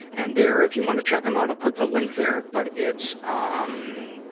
and there, if you wanna check em out, i'll put the link there. but it's, um,